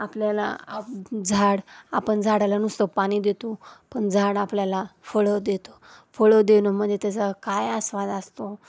आपल्याला झाड आपण झाडाला नुसतं पाणी देतो पण झाड आपल्याला फळं देतो फळं देणं म्हणजे त्याचा काय आस्वाद असतो